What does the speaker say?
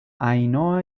ainhoa